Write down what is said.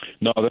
No